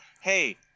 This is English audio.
hey